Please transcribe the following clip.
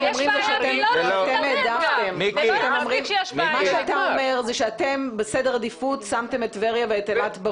אתה אומר שאתם בסדר עדיפות שמתם את טבריה ואת אילת בראש.